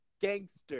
gangster